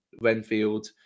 Renfield